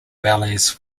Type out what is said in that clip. ballets